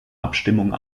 abstimmung